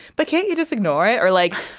but can't you just ignore it? or like,